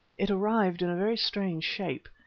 it arrived in a very strange shape.